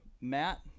Matt